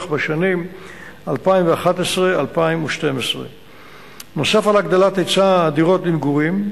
בשנים 2011 2012. נוסף על הגדלת היצע הדירות למגורים,